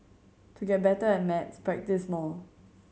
to get better at maths practise more